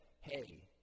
hey